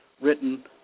written